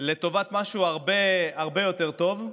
לטובת משהו הרבה יותר טוב.